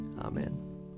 Amen